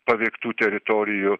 paveiktų teritorijų